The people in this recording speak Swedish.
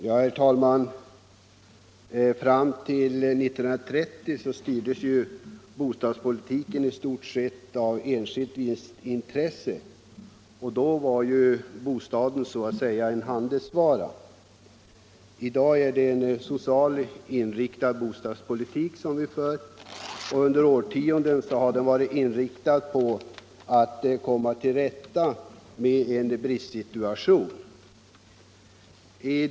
Herr talman! Fram till 1930 styrdes ju bostadspolitiken i stort sett av enskilt vinstintresse. Då var bostaden så att säga en handelsvara. I dag är det en socialt inriktad bostadspolitik som vi för. Under årtionden har den varit inriktad på att komma till rätta med en bristsituation.